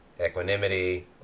equanimity